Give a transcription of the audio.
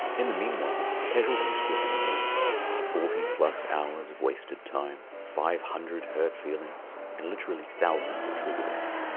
in the meanwhile, casualties were enormous forty hours of wasted time, five hundred hurt feelings, and literally thousands of triggerings.